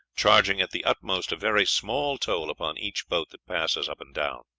charging, at the utmost, a very small toll upon each boat that passes up and down.